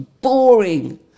boring